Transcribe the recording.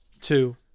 two